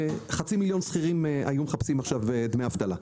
חצי מיליון שכירים היו מחפשים היום דמי אבטלה.